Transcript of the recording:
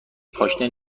پاشنه